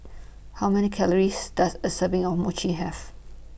How Many Calories Does A Serving of Mochi Have